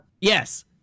Yes